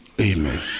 Amen